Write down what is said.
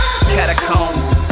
Catacombs